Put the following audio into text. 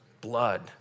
Blood